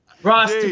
Ross